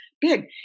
big